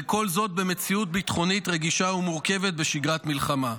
וכל זאת במציאות ביטחונית רגישה ומורכבת בשגרת מלחמה.